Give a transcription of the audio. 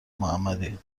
محمدی